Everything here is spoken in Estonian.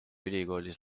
ülikoolis